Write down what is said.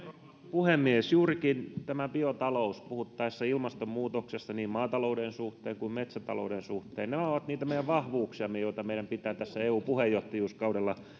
puhemies juurikin tämä biotalous puhuttaessa ilmastonmuutoksesta niin maatalouden suhteen kuin metsätalouden suhteen on niitä meidän vahvuuksiamme joita meidän pitää tällä eu puheenjohtajuuskaudella